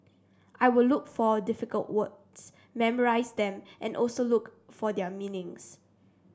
I will look for difficult words memorise them and also look for their meanings